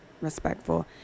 respectful